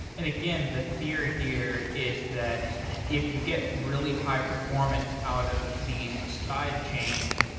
and again, the fear here is that if you get really high performance out of these side chains,